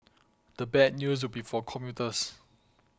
the bad news be for commuters